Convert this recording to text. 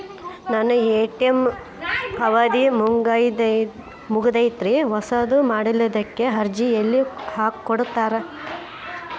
ನನ್ನ ಎ.ಟಿ.ಎಂ ಅವಧಿ ಮುಗದೈತ್ರಿ ಹೊಸದು ಮಾಡಸಲಿಕ್ಕೆ ಅರ್ಜಿ ಎಲ್ಲ ಕೊಡತಾರ?